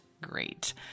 great